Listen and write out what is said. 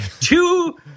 two